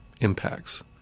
impacts